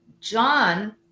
John